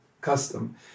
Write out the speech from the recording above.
custom